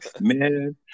Man